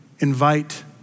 Invite